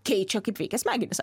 keičia kaip veikia smegenys